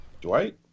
Dwight